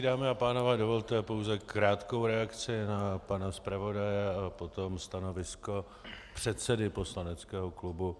Dámy a pánové, dovolte pouze krátkou reakci na pana zpravodaje a potom stanovisko předsedy poslaneckého klubu.